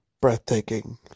breathtaking